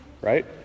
right